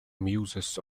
muses